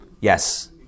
Yes